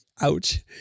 ouch